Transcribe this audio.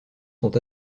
sont